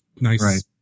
nice